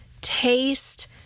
taste